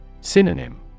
Synonym